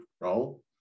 role